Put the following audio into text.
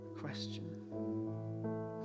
question